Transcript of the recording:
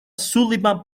sullivan